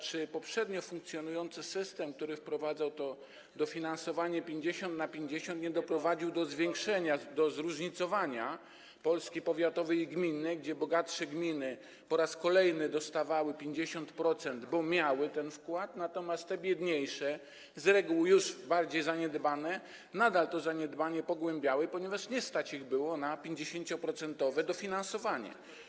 Czy poprzednio funkcjonujący system, który wprowadzał to dofinansowanie 50 na 50, nie doprowadził do zwiększenia zróżnicowania Polski powiatowej i gminnej, gdzie bogatsze gminy po raz kolejny dostawały 50%, bo miały ten wkład, natomiast w tych biedniejszych, z reguły już bardziej zaniedbanych, nadal to zaniedbanie pogłębiało się, ponieważ nie stać ich było na 50-procentowe dofinansowanie?